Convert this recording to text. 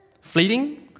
Fleeting